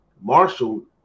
Marshall –